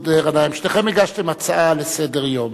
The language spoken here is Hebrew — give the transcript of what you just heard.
מסעוד גנאים: שניכם הגשתם הצעה לסדר-היום,